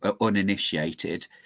uninitiated